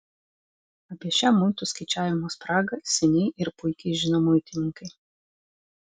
apie šią muitų skaičiavimo spragą seniai ir puikiai žino muitininkai